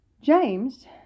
James